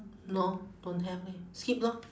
no don't have leh skip lor